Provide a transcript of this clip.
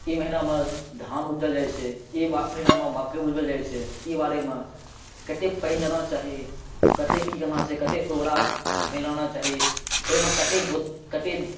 ई महिना मे धान उपजाओल जाइ छै ई महिना मे मकई उपजाओल जाइ छै ई बारे मे कते पानि देना चाही कते की करना चाही कते ओकरा मिलाना चाही ओहिमे कते जो कते